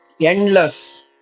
endless